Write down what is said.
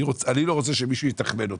אני לא רוצה שמישהו יתחמן אותי.